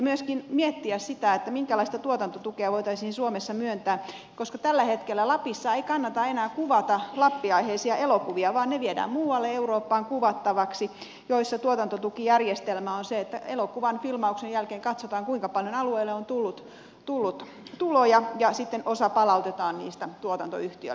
myöskin tulisi miettiä sitä minkälaista tuotantotukea voitaisiin suomessa myöntää koska tällä hetkellä lapissa ei kannata enää kuvata lappi aiheisia elokuvia vaan ne viedään muualle eurooppaan kuvattavaksi missä tuotantotukijärjestelmä on se että elokuvan filmauksen jälkeen katsotaan kuinka paljon alueelle on tullut tuloja ja sitten osa palautetaan niistä tuotantoyhtiölle